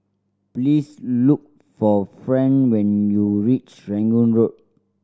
please look for Fran when you reach Serangoon Road